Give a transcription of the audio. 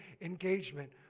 engagement